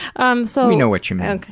um so we know what you mean.